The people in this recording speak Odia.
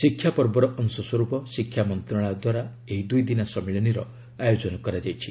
ଶିକ୍ଷା ପର୍ବର ଅଶସ୍ୱରୂପ ଶିକ୍ଷା ମନ୍ତ୍ରଣାଳୟ ଦ୍ୱାରା ଏହି ଦୁଇଦିନିଆ ସମ୍ମିଳନୀର ଆୟୋଜନ କରାଯାଇଛି